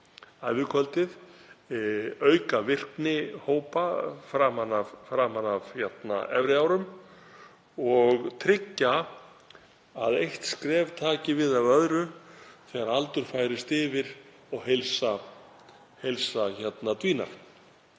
ævikvöldið, auka virkni hópa framan af efri árum og tryggja að eitt skref taki við af öðru þegar aldur færist yfir og heilsa dvínar.